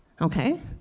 Okay